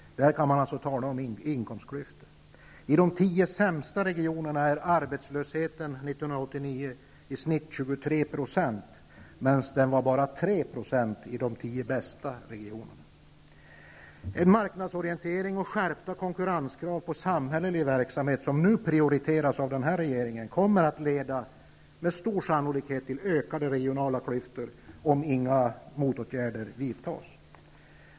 Där kan man tala om inkomstklyftor. I de tio sämsta regionerna var arbetslösheten 1989 i snitt 23 %, medan den var bara 3 % i de tio bästa regionerna. Den marknadsorientering och de skärpta konkurrenskrav på samhällelig verksamhet som nu prioriteras av regeringen kommer med stor sannolikhet att leda till ökade regionala klyftor, om inga motåtgärder vidtas.